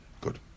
good